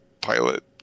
pilot